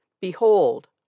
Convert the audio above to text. Behold